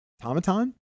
Automaton